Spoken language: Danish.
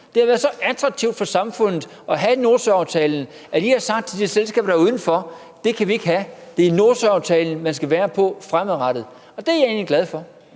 Det har været så attraktivt for samfundet at have Nordsøaftalen, at I har sagt til de selskaber, der var udenfor: Det kan vi ikke have; det er Nordsøaftalen, man skal være med i fremadrettet. Det er jeg egentlig glad for,